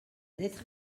d’être